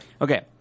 Okay